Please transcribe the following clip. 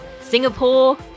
Singapore